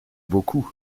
beaucoup